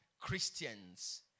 Christians